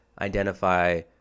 identify